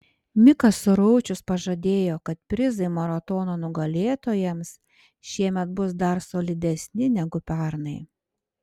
mikas suraučius pažadėjo kad prizai maratono nugalėtojams šiemet bus dar solidesni negu pernai